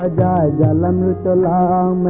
ah da yeah da da